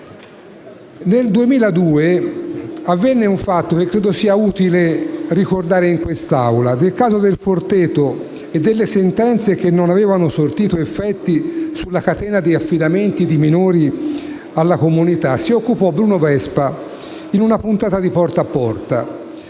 Nel 2002 avvenne un fatto che credo sia utile ricordare a quest'Assemblea. Del caso del Forteto e delle sentenze che non avevano sortito effetti sulla catena di affidamenti di minori alla comunità si occupò Bruno Vespa in una puntata della